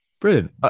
Brilliant